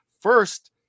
first